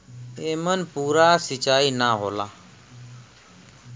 एमन पूरा सींचाई ना होला